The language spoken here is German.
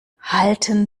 halten